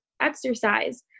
exercise